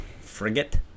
Frigate